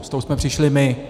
S tou jsme přišli my.